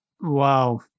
Wow